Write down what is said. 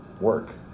work